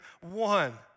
one